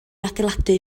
adeiladu